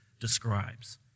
describes